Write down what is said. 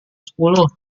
sepuluh